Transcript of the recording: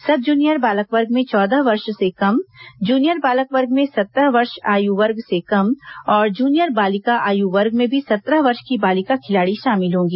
सब जूनियर बालक वर्ग में चौदह वर्ष से कम जूनियर बालक वर्ग में सत्रह वर्ष आयु वर्ग से कम और जूनियर बालिका आयु वर्ग में भी सत्रह वर्ष की बालिका खिलाड़ी शामिल होंगी